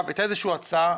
הייתה איזושהי הצעה.